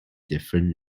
different